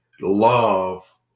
love